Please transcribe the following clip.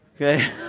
okay